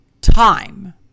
time